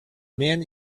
man